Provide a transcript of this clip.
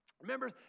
Remember